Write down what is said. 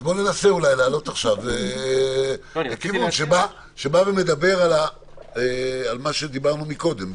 אז בוא ננסה אולי להעלות עכשיו את הכיוון שמדבר על מה שדיברנו מקודם.